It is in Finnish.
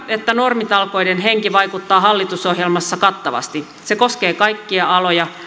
että normitalkoiden henki vaikuttaa hallitusohjelmassa kattavasti se koskee kaikkia aloja